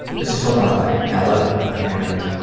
this is filled out by ella. and